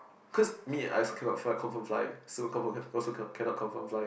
cause me I also cannot fly confirm fly so confirm also cannot confirm fly